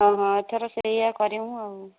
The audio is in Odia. ହଁ ହଁ ଏଥର ସେୟା କରିବୁ ଆଉ